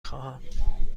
خواهم